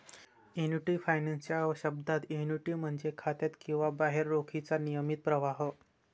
annuity finance च्या शब्दात, annuity म्हणजे खात्यात किंवा बाहेर रोखीचा नियमित प्रवाह